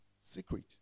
Secret